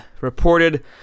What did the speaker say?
reported